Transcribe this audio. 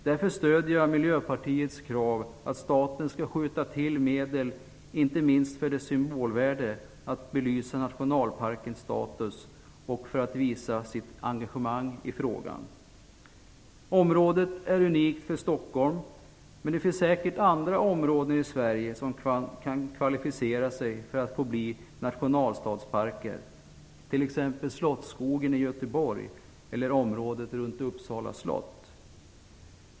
Därför stöder jag Miljöpartiets krav att staten skall skjuta till medel. Det gäller inte minst för symbolvärdet att markera nationalstadsparkens status och för att visa sitt engagemang i frågan. Detta område är unikt för Stockholm. Men det finns säkert andra områden i Sverige som kan kvalificera sig för att få bli nationalstadsparker, t.ex. Slottskogen i Göteborg eller området runt Uppsala slott.